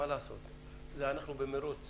אנחנו במרוץ